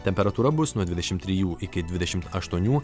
temperatūra bus nuo dvidešimt trijų iki dvidešimt aštuonių